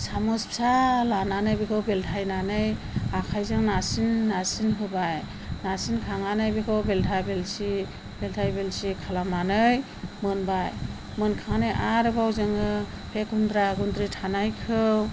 सामस फिसा लानानै बेखौ बेलथायनानै आखाइजों नारसिन नारसिन होबाय नारसिनखांनानै बेखौ बेल्था बेल्सि बेल्थाय बेल्सि खालामनानै मोनबाय मोनखांना आरोबाव जोङो बे गुन्द्रा गुन्द्रि थानायखौ